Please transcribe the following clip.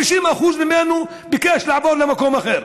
50% ממנו ביקשו לעבור למקום אחר.